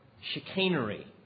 chicanery